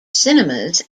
cinemas